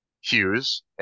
Hughes